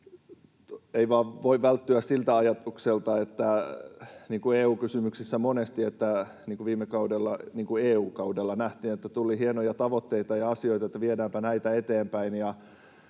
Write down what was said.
Ei vain voi välttyä siltä ajatukselta, niin kuin EU-kysymyksissä monesti ja niin kuin viime EU-kaudella nähtiin, että tuli hienoja tavoitteita ja asioita, että viedäänpä näitä eteenpäin,